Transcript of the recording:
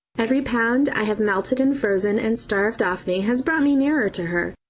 every pound i have melted and frozen and starved off me has brought me nearer to her,